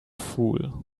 fool